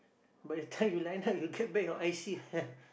by the time you line up you get back your i_c